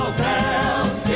bells